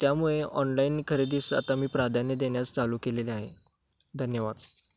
त्यामुळे ऑनलाईन खरेदीस आता मी प्राधान्य देण्यास चालू केलेले आहे धन्यवाद